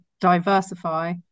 Diversify